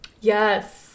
Yes